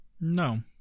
No